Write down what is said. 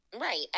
Right